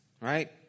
right